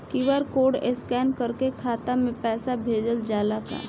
QR code scan करके खाता में पैसा भेजल जाला का?